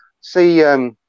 see